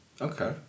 Okay